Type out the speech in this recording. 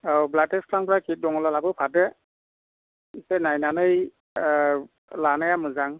औ blood test खालामग्रा kit दङब्ला लाबोफादो एसे नायनानै ओ लानाया मोजां